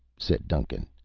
said duncan.